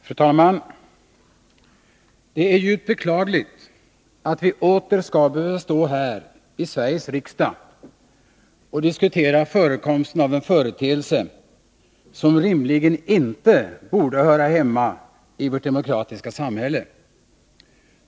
Fru talman! Det är djupt beklagligt att vi åter skall behöva stå här i Sveriges riksdag och diskutera förekomsten av en företeelse som rimligen inte borde höra hemma i vårt demokratiska samhälle.